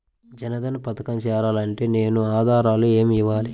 జన్ధన్ పథకంలో చేరాలి అంటే నేను నా ఆధారాలు ఏమి ఇవ్వాలి?